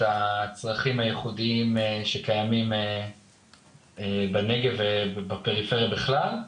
הצרכים הייחודיים שקיימים בנגב ובפריפריה בכלל,